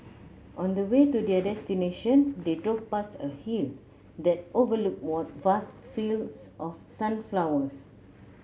on the way to their destination they drove past a hill that overlooked vast fields of sunflowers